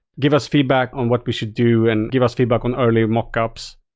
give us feedback on what we should do and give us feedback on early mock-ups.